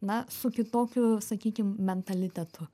na su kitokiu sakykim mentalitetu